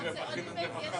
מי נגד?